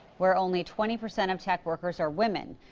where only twenty percent of tech workers are women.